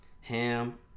Ham